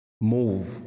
move